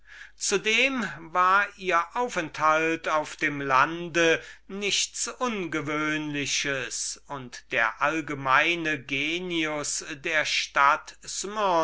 zudem war ihr aufenthalt auf dem lande nichts ungewöhnliches und der allgemeine genius der stadt